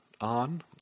on